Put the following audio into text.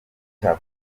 cya